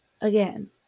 again